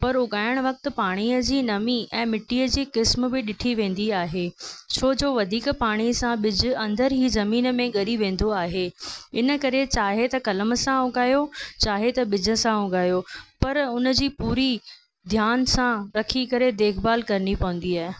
पर उॻाइण वक़्तु पाणीअ जी नमी ऐं मिटीअ जी क़िस्म बि ॾिठी वेंदी आहे छो जो वधीक पाणीअ सां ॿिज अंदरि ई ज़मीन में ॻरी वेंदो आहे इन करे चाहे त कलम सां उॻायो चाहे त ॿिज सां उॻायो पर उन जी पूरी ध्यान सां रखी करे देखभालु करिणी पवंदी आहे